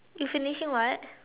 you finishing what